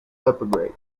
upgrade